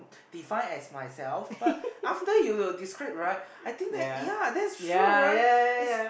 define as myself but after you you describe right I think ya that's true right